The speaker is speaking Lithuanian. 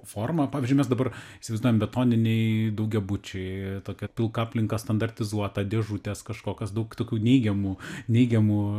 forma pavyzdžiui mes dabar įsivaizduojam betoniniai daugiabučiai tokia pilka aplinka standartizuota dėžutes kažkokios daug tokių neigiamų neigiamų